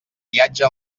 viatge